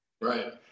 Right